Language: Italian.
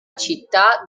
città